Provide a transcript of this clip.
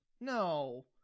no